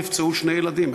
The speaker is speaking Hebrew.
נפצעו שני ילדים,